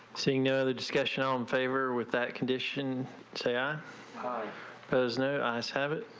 seeing no other discussion on favor with that condition sarah hi posener eyes have it.